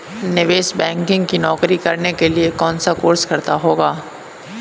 निवेश बैंकर की नौकरी करने के लिए कौनसा कोर्स करना होगा?